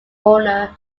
owner